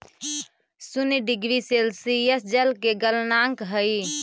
शून्य degree Celsius जल के गलनांक हई